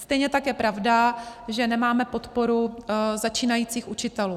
Stejně tak je pravda, že nemáme podporu začínajících učitelů.